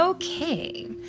Okay